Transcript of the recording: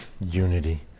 unity